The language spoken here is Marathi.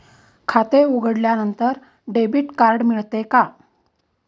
खाते उघडल्यानंतर डेबिट कार्ड मिळते का?